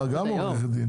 גם עורכת דין.